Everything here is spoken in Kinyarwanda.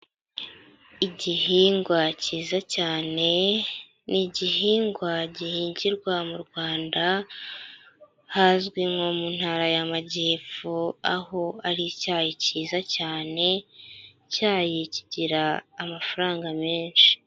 Igihingwa cyiza cyane, ni igihingwa gihingirwa mu Rwanda, hazwi nko mu ntara y'Amajyepfo, aho ari icyayi cyiza cyane, icyayi kigira amafaranga menshi.